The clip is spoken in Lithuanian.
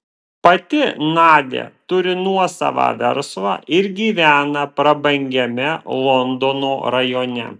pati nadia turi nuosavą verslą ir gyvena prabangiame londono rajone